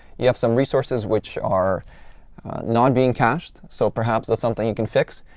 you have some resources which are not being cached. so perhaps that's something you can fix.